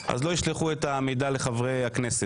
אז לא שולחים את המידע לחברי הכנסת.